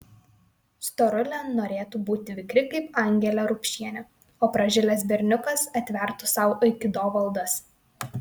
storulė norėtų būti vikri kaip angelė rupšienė o pražilęs berniukas atvertų sau aikido valdas